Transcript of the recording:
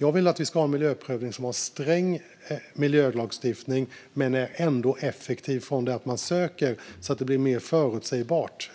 Jag vill ha en miljöprövning som bygger på en sträng miljölagstiftning men som ändå är effektiv så att resultatet av en ansökan blir mer förutsägbart.